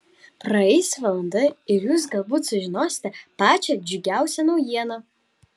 praeis valanda ir jūs galbūt sužinosite pačią džiugiausią naujieną